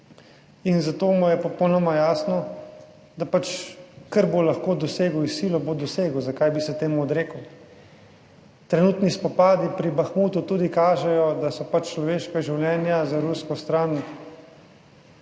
In zato mu je popolnoma jasno, da pač, kar bo lahko dosegel s silo, bo dosegel - zakaj bi se temu odrekel? Trenutni spopadi pri Bahmutu tudi kažejo, da so pač človeška življenja za rusko stran